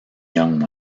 young